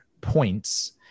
points